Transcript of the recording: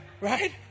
right